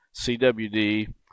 CWD